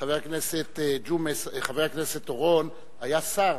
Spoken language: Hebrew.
חבר הכנסת אורון היה שר,